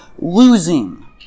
losing